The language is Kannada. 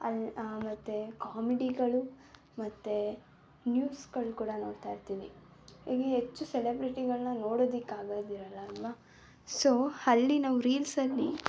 ಅಲ್ಲಿ ಮತ್ತೆ ಕಾಮಿಡಿಗಳು ಮತ್ತು ನ್ಯೂಸ್ಗಳು ಕೂಡ ನೋಡ್ತಾಯಿರ್ತೀವಿ ಈಗ ಹೆಚ್ಚು ಸೆಲೆಬ್ರಿಟಿಗಳನ್ನ ನೋಡೋದಕ್ಕೆ ಆಗೋದಿರಲ್ವಲ್ಲ ಸೊ ಅಲ್ಲಿ ನಾವು ರೀಲ್ಸಲ್ಲಿ